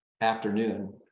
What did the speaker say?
afternoon